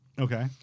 Okay